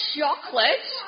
Chocolate